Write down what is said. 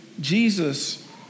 Jesus